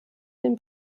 den